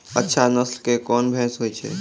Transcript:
अच्छा नस्ल के कोन भैंस होय छै?